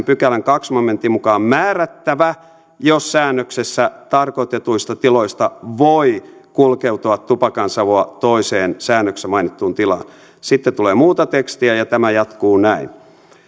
pykälän toisen momentin mukaan määrättävä jos säännöksessä tarkoitetuista tiloista voi kulkeutua tupakansavua toiseen säännöksessä mainittuun tilaan sitten tulee muuta tekstiä ja tämä jatkuu näin